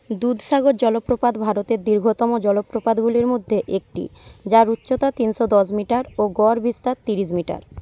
দুধসাগর জলপ্রপাত ভারতের দীর্ঘতম জলপ্রপাতগুলির মধ্যে একটি যার উচ্চতা তিনশো দশ মিটার ও গড় বিস্তার ত্রিশ মিটার